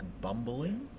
bumbling